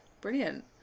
Brilliant